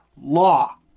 law